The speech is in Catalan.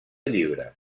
llibres